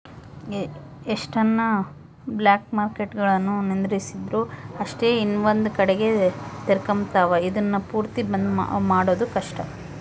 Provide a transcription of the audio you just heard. ಎಷ್ಟನ ಬ್ಲಾಕ್ಮಾರ್ಕೆಟ್ಗುಳುನ್ನ ನಿಂದಿರ್ಸಿದ್ರು ಅಷ್ಟೇ ಇನವಂದ್ ಕಡಿಗೆ ತೆರಕಂಬ್ತಾವ, ಇದುನ್ನ ಪೂರ್ತಿ ಬಂದ್ ಮಾಡೋದು ಕಷ್ಟ